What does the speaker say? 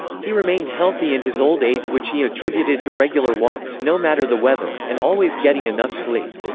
he remained healthy in his old age which he attributed to regular walks no matter the weather, and always getting enough sleep.